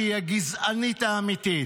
שהיא היא הגזענית האמיתית.